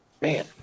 man